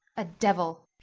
a devil.